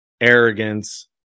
arrogance